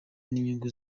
n’inyungu